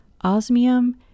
osmium